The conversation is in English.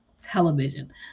television